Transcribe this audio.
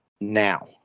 now